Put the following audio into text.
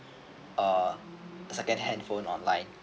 uh second hand phone online